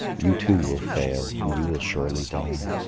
you too will fail and you will surely die.